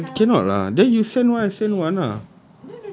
but I cannot lah then you send one I send one lah